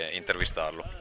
intervistarlo